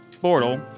portal